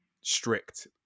strict